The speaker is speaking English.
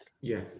Yes